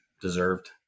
Deserved